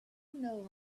know